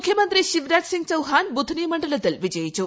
മുഖ്യമന്ത്രി ശിവരാജ് സിംഗ് ചൌഹാൻ ബുദ്ധ്നി മണ്ഡലത്തിൽ വിജയിച്ചു